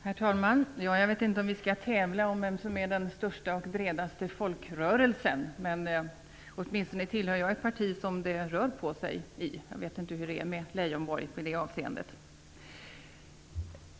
Herr talman! Jag vet inte om vi skall tävla om vilken som är den största och bredaste folkrörelsen, men jag tillhör åtminstone ett parti som det rör på sig i. Jag vet inte hur det är med Lars Leijonborg i det avseendet.